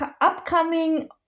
upcoming